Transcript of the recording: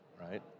right